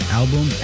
album